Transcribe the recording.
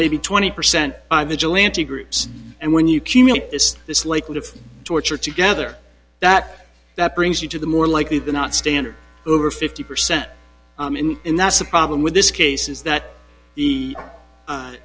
maybe twenty percent groups and when you commit this this likely of torture together that that brings you to the more likely than not standard over fifty percent and that's the problem with this case is that the